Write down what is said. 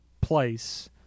place